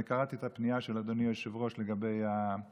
אני קראתי את הפנייה של אדוני היושב-ראש לגבי הכנסת,